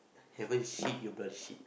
haven't shit you bloody shit